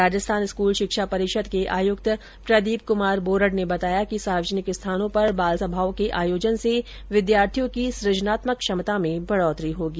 Rajasthan school शिक्षा परिषद के आयुक्त प्रदीप कमार बोरड ने बताया कि सार्वजनिक स्थानों पर बालसभाओं के आयोजन से विद्यार्थियों की सूजनात्मक क्षमता में बढोतरी होगी